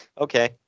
Okay